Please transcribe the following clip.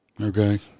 okay